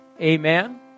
Amen